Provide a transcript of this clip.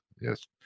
yes